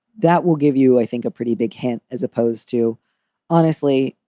that will give you, i think, a pretty big hint as opposed to honestly,